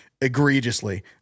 egregiously